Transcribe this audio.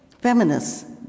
feminists